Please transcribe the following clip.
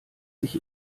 sich